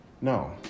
No